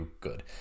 good